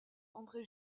andré